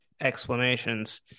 explanations